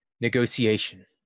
negotiation